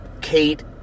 Kate